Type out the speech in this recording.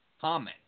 comment